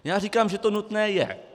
Já říkám, že to nutné je.